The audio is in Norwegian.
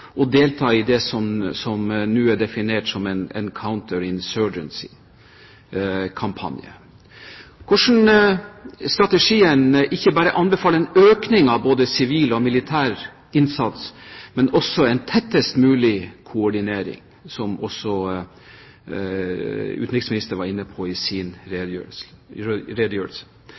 delta i det som nå er definert som en «counter-insurgency»-kampanje: hvordan strategien ikke bare anbefaler en økning av både sivil og militær innsats, men også en tettest mulig koordinering, som også utenriksministeren var inne på i sin